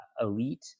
elite